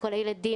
לכל הילדים,